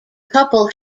couple